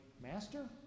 master